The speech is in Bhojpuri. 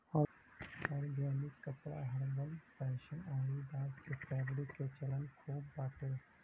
ऑर्गेनिक कपड़ा हर्बल फैशन अउरी बांस के फैब्रिक के चलन खूब बाटे